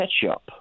ketchup